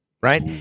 right